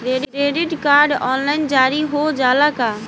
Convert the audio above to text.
Credit card online जारी हो जाला का?